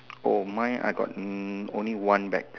oh my I got mm only one bag